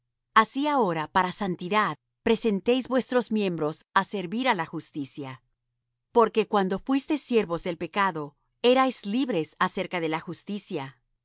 así ahora para santidad presentéis vuestros miembros á servir á la justicia porque cuando fuisteis siervos del pecado erais libres acerca de la justicia